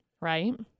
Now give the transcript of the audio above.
Right